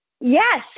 Yes